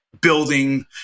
building